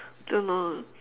don't know